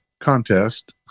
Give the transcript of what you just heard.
contest